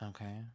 Okay